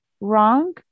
Wrong